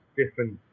different